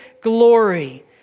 glory